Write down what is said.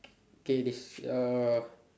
okay this uh